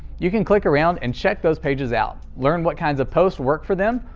you can click around and check those pages out, learn what kind of posts work for them,